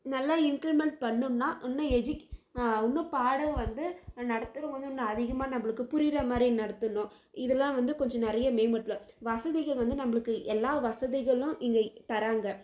நல்லா இம்ப்ளீமென்ட் பண்ணுன்னால் நல்ல எஜுக்கே இன்னும் பாடம் வந்து நடத்தணும் இன்னும் அதிகமாக நம்மளுக்கு புரிகிற மாதிரி நடத்தணும் இதெல்லாம் வந்து கொஞ்சம் நிறைய மேம்படுத்தலாம் வசதிகள் வந்து நம்மளுக்கு எல்லா வசதிகளும் இங்கே தராங்க